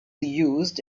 used